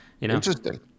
Interesting